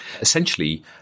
Essentially